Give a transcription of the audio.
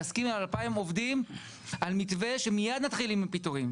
להסכים על 2,000 עובדים על מתווה שמיד נתחיל עם הפיטורים.